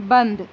بند